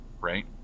right